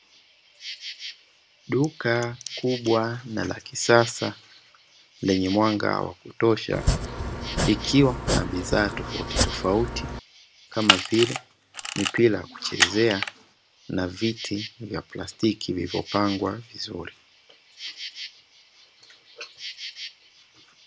Duka kubwa na la kisasa lenye mwanga wa kutosha, likiwa na bidhaa tofautitofauti kama vile: mipira ya kuchezea na viti vya plastiki vilivyopangwa vizuri.